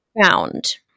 found